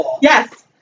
Yes